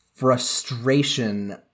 frustration